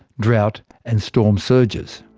drought and storm surges.